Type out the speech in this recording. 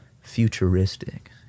futuristic